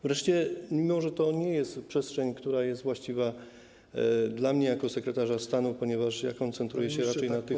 Wreszcie, mimo że to nie jest przestrzeń, która jest właściwa dla mnie jako sekretarza stanu, ponieważ ja koncentruję się na tych aspektach związanych.